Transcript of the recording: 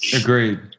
Agreed